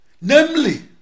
namely